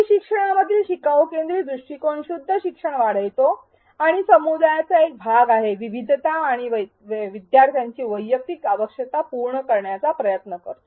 E शिक्षणामधील शिकाऊ केंद्रीत दृष्टीकोन शुद्ध शिक्षण वाढवितो आणि समुदायाचा एक भाग आहे विविधता आणि विद्यार्थ्यांची वैयक्तिक आवश्यकता पूर्ण करण्याचा प्रयत्न करतो